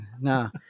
No